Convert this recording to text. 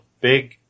big